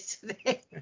today